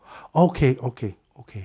okay okay okay